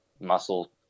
Muscle